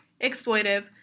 exploitive